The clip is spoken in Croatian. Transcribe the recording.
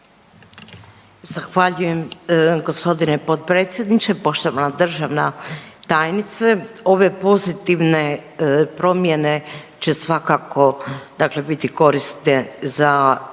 Zahvaljujem gospodine potpredsjedniče. Poštovana državna tajnice, ove pozitivne promjene će svakako dakle biti korisne za